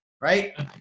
Right